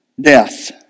death